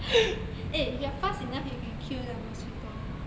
eh if you are fast enough you can kill the mosquito